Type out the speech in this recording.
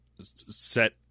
set